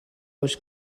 hoş